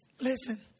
Listen